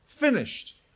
Finished